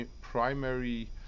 primary